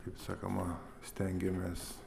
kaip sakoma stengėmės